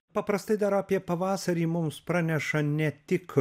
paprastai dar apie pavasarį mums praneša ne tik